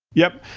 yup.